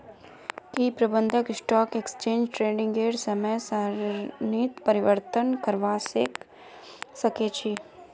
की प्रबंधक stock exchange ट्रेडिंगेर समय सारणीत परिवर्तन करवा सके छी